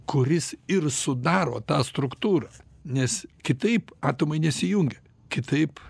kuris ir sudaro tą struktūrą nes kitaip atomai nesijungia kitaip